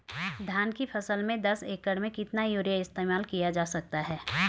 धान की फसल में दस एकड़ में कितना यूरिया इस्तेमाल किया जा सकता है?